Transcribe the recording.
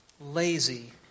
lazy